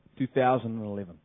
2011